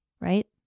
right